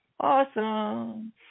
Awesome